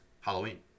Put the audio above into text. Halloween